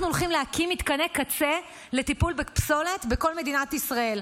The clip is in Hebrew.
אנחנו הולכים להקים מתקני קצה לטיפול בפסולת בכל מדינת ישראל.